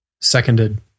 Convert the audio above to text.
Seconded